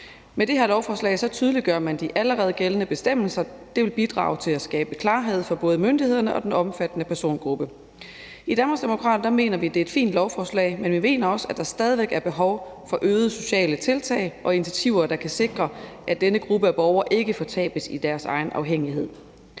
Med det her lovforslag tydeliggør man de allerede gældende bestemmelser. Det vil bidrage til at skabe klarhed for både myndighederne og den omfattede persongruppe. I Danmarksdemokraterne mener vi, det er et fint lovforslag, men vi mener også, at der stadig væk er behov for øgede sociale tiltag og initiativer, der kan sikre, at denne gruppe af borgere ikke fortabes i deres egen afhængighed.